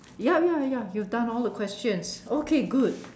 ya ya ya you've done all the questions okay good